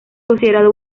considerado